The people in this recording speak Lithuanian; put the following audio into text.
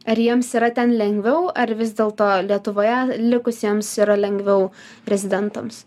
ar jiems yra ten lengviau ar vis dėlto lietuvoje likusiems yra lengviau rezidentams